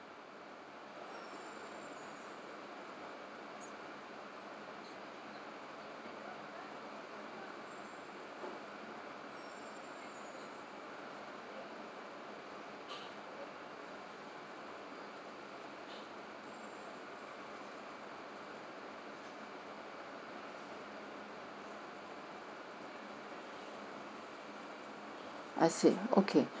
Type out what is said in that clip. I see okay